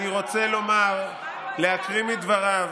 אני רוצה להקריא מדבריו: